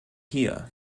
hier